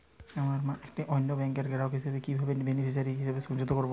আমার মা একটি অন্য ব্যাংকের গ্রাহক হিসেবে কীভাবে বেনিফিসিয়ারি হিসেবে সংযুক্ত করব?